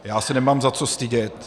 Já se nemám za co stydět.